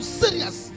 serious